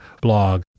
blog